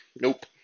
nope